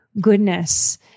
goodness